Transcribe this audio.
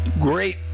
great